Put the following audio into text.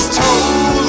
told